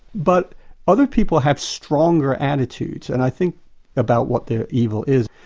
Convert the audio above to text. but other people have stronger attitudes and i think about what their evil is.